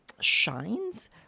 shines